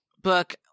book